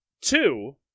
two